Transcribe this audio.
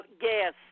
gas